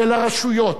ולרשויות,